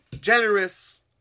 generous